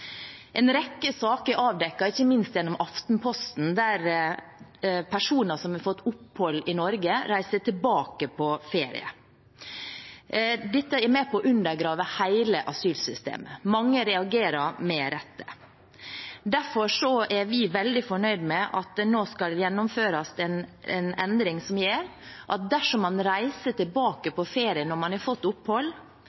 En rekke saker er avdekket, ikke minst gjennom Aftenposten, der personer som har fått opphold i Norge, reiser tilbake på ferie. Dette er med på å undergrave hele asylsystemet. Mange reagerer, med rette. Derfor er vi veldig fornøyd med at det nå skal gjennomføres en endring som gjør at dersom man reiser tilbake